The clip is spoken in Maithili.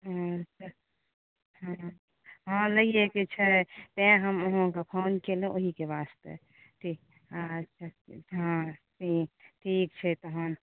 हँ हँ हँ नहि ये से छै तैंँ हम आहाँकेँ फोन केलहुँ ओहिकेँ वास्ते ठीक अच्छा हँ ठीक ठीक छै तहन